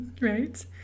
right